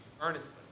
earnestly